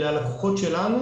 אלה הלקוחות שלנו.